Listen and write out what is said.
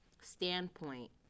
standpoint